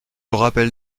rappelle